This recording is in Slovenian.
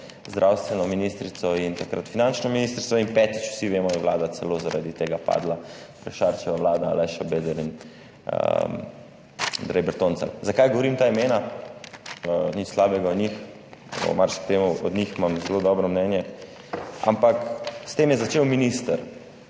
zdravstveno ministrico in takrat finančno ministrico. Petič, vsi vemo, je vlada celo zaradi tega padla, to je Šarčeva vlada, Aleš Šabeder in Andrej Bertoncelj. Zakaj govorim ta imena? Nič slabega o njih, o marsikom od njih imam zelo dobro mnenje, ampak s tem je začel minister: